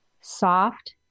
soft